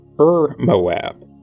Ur-Moab